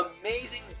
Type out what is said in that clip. Amazing